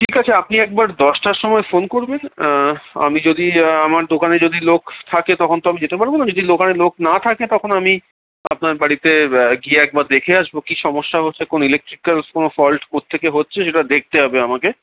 ঠিক আছে আপনি একবার দশটার সময় ফোন করবেন আমি যদি আমার দোকানে যদি লোক থাকে তখন তো আমি যেতে পারবো না যদি দোকানে লোক না থাকে তখন আমি আপনার বাড়িতে গিয়ে একবার দেখে আসবো কি সমস্যা হচ্ছে কোনো ইলেকট্রিক্যাল কোনো ফল্ট কোথা থেকে হচ্ছে সেটা দেখতে হবে আমাকে